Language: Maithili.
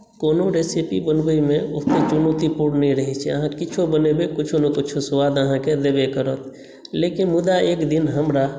कोनो रेसिपी बनबयमे ओतेक चुनौतीपूर्ण नहि रहैत छै अहाँ किछो बनेबै किछो ने किछो स्वाद अहाँकेँ देबे करत लेकिन मुदा एक दिन हमरा